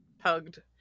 hugged